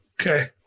Okay